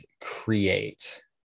create